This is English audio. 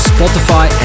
Spotify